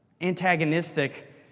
antagonistic